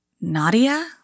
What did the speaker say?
Nadia